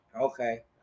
Okay